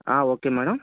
okay madam